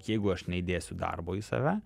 jeigu aš neįdėsiu darbo į save